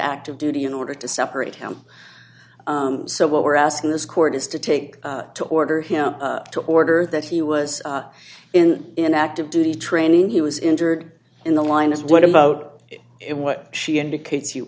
active duty in order to separate him so what we're asking this court is to take to order him to order that he was in an active duty training he was injured in the line is what about it what she indicates you